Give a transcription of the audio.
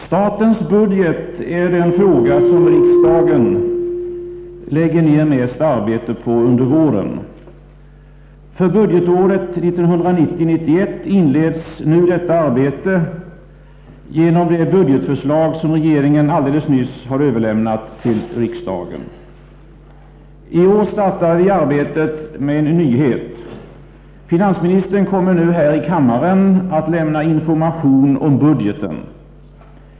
Statens budget är den fråga som riksdagen lägger ner mest arbete på under våren. För budgetåret 1990/91 inleds nu detta arbete genom det budgetförslag som regeringen alldeles nyss har överlämnat till riksdagen. I år startar vi arbetet med en nyhet. Finansministern kommer nu här i kammaren att lämna information om budgeten.